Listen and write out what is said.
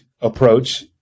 approach